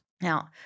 Now